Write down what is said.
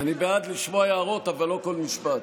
אני בעד לשמוע הערות, אבל לא כל משפט.